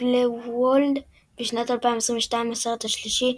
גרינדלוולד; ובשנת 2022 הסרט השלישי,